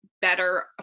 better